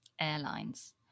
airlines